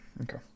Okay